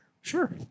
Sure